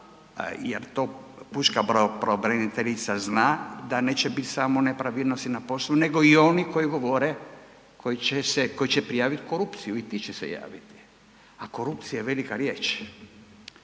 jer to pučka pravobraniteljica zna da neće biti samo nepravilnosti na poslu, nego i oni koji govore, koji će se, koji će prijaviti korupciju i ti će se javiti. A korupcija je velika riječ,